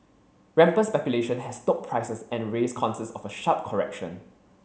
rampant speculation has stoked prices and raised concerns of a sharp correction